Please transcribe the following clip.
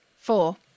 Four